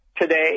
today